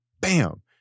bam